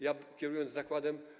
Ja, kierując zakładem.